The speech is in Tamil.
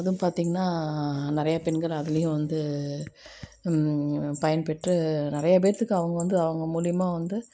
அதுவும் பார்த்தீங்கன்னா நிறைய பெண்கள் அதுலேயும் வந்து பயன்பெற்று நிறைய பேருத்துக்கு அவங்க வந்து அவங்க மூலயமா வந்து